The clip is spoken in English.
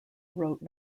wrote